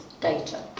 data